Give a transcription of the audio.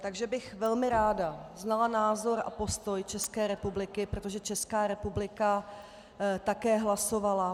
Takže bych velmi ráda znala názor a postoj České republiky, protože Česká republika také hlasovala.